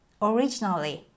originally